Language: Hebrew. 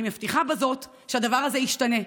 אני מבטיחה בזאת שהדבר הזה ישתנה,